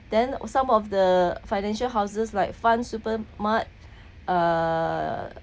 then some of the financial houses like fund supermart err